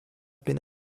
been